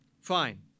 Fine